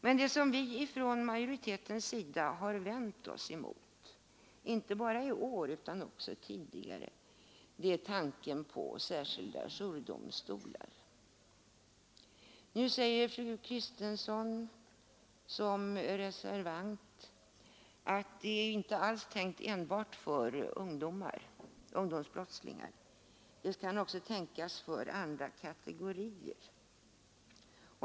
Men vad vi från majoritetens sida har vänt oss emot, inte bara i år utan också tidigare, är tanken på särskilda jourdomstolar. Nu säger fru Kristensson, som är reservant, att dessa inte bara är tänkta för ungdomsbrottslingar utan också för andra kategorier.